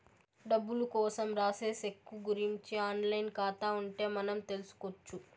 డబ్బులు కోసం రాసే సెక్కు గురుంచి ఆన్ లైన్ ఖాతా ఉంటే మనం తెల్సుకొచ్చు